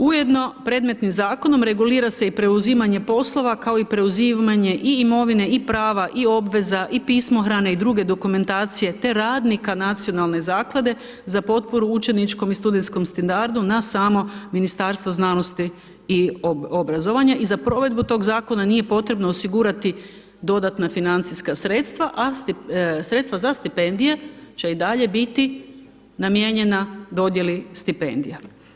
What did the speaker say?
Ujedno predmetnim zakonom regulira se i preuzimanje poslova, kao i preuzimanje i imovine i prava i obveza i pismohrane i druge dokumentacije te radnika Nacionalne zaklade za potporu učeničkom i studentskom standardu na samo ministarstvo znanosti i obrazovanja i za provedbu tog zakona nije potrebno osigurati dodatna financijska sredstva, a sredstava za stipendije će i dalje biti namijenjena dodjeli stipendija.